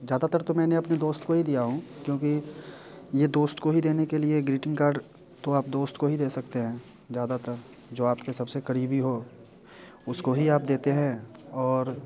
ज़्यादातर तो मैंने अपने दोस्त को ही दिया हूँ क्योंकि ये दोस्त को ही देने के लिए ग्रीटिंग कार्ड तो आप दोस्त को ही दे सकते हैं ज़्यादातर जो आपके सब से क़रीबी हो उसको ही आप देते हैं और